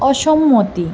অসম্মতি